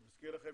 אני מזכיר לכם,